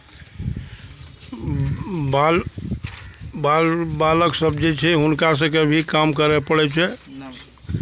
बाल बाल बालकसभ जे छै हुनका सभकेँ भी काम करय पड़ै छै